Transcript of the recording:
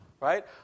right